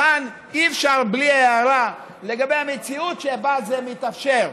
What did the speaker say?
וכאן אי-אפשר בלי הערה לגבי המציאות שבה זה מתאפשר.